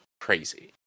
crazy